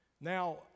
Now